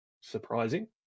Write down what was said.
surprising